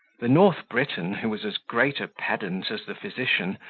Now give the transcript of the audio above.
the north briton, who was as great a pedant as the physician,